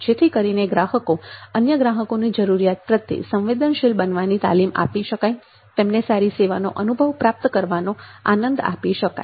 જેથી કરીને ગ્રાહકોને અન્ય ગ્રાહકોની જરૂરિયાતો પ્રત્યે સંવેદનશીલ બનવાની તાલીમ આપી શકાય અને તેમને સારી સેવાનો અનુભવ પ્રાપ્ત કરવાનો આનંદ આપી શકાય